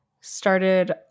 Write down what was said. started